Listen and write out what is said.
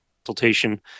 consultation